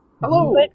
Hello